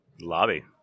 Lobby